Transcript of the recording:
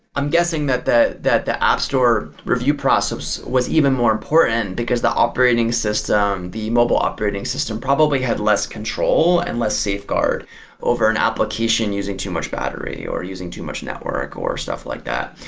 i'm guessing that that the app store review process was even more important, because the operating system, the mobile operating system probably had less control and less safeguard over an application using too much battery or using too much network or stuff like that.